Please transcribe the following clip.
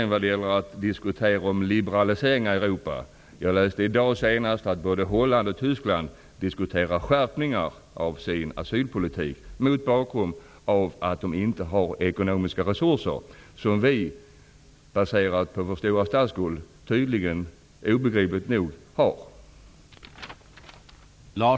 När det gäller liberaliseringar i Europa läste jag senast i dag att både Holland och Tyskland diskuterar skärpningar av sin asylpolitik, mot bakgrund av att de inte har de ekonomiska resurser som vi obegripligt nog -- med tanke på vår stora statsskuld -- tydligen har.